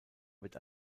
wird